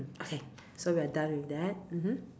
okay so we're done with that mmhmm